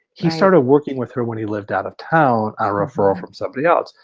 he started working with her when he lived out of town on a referral from somebody else.